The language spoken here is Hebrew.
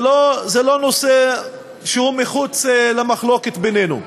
זה לא נושא שהוא מחוץ למחלוקת בינינו,